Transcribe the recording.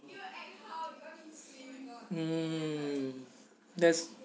mm there's